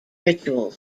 ritual